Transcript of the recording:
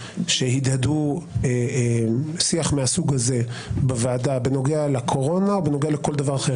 שהדהדו שיח מהסוג הזה בוועדה בנוגע לקורונה או בנוגע לכל דבר אחר,